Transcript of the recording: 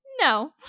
no